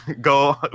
go